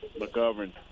McGovern